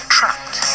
Trapped